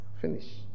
Finish